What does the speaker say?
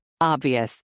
Obvious